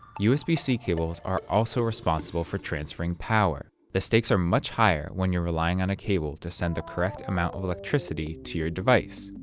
usb-c cables are also responsible for transferring power. the stakes are much higher when you're relying on a cable to send the correct amount of electricity to your device.